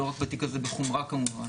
לא רק בתיק הזה בחומרה כמובן.